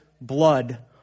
blood